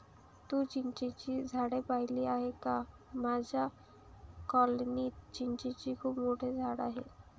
तू चिंचेची झाडे पाहिली आहेस का माझ्या कॉलनीत चिंचेचे खूप मोठे झाड आहे